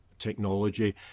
technology